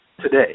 today